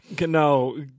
No